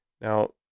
Now